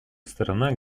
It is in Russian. сторона